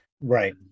right